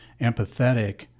empathetic